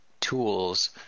tools